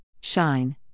Shine